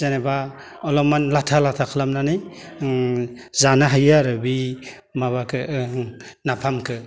जेनेबा अलपमान लाथा लाथा खालामनानै जानो हायो आरो बै माबाखौ नाफामखौ